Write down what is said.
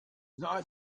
not